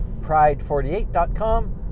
pride48.com